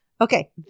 Okay